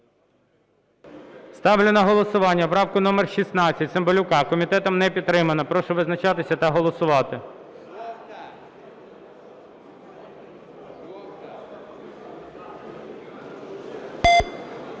Ставлю на голосування правку номер 16 Цимбалюка. Комітетом не підтримана. Прошу визначатися та голосувати.